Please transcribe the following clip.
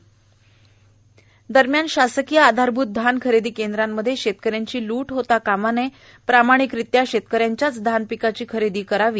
धान खरेदी नाना पटोले शासकीय आधारभूत धान खरेदी केंद्रांमध्ये शेतकऱ्यांची लूट होता कामा नये प्रामाणिकरित्या शेतकऱ्यांच्याच धान पिकाची खरेदी करावी